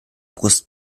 brust